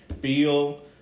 Beal